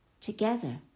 together